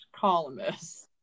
columnist